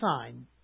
sign